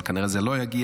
אבל כנראה זה לא יגיע.